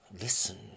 Listen